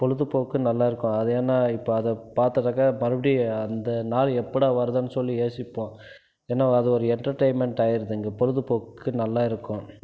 பொழுதுபோக்கு நல்லா இருக்கும் அது ஏன்னா இப்போ அதை பார்த்தராக்கா மறுபடியும் அந்த நாள் எப்போடா வருதுன்னு சொல்லி யோசிப்போம் ஏன்னா அது ஒரு என்டர்டெயின்மெண்ட் ஆகிருது இங்கே பொழுதுபோக்கு நல்லா இருக்கும்